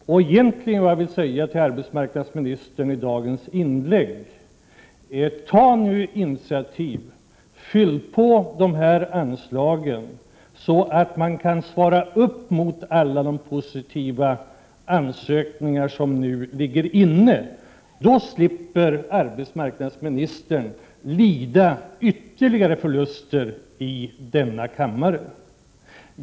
Vad jag egentligen vill säga till arbetsmarknadsministern i dagens inlägg är: Ta nu initiativ och fyll på dessa anslag, så att man kan svara upp mot alla de positiva ansökningar som nu ligger inne! Då slipper arbetsmarknadsministern lida ytterligare förluster i denna kammare.